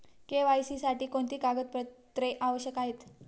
KYC साठी कोणती कागदपत्रे आवश्यक आहेत?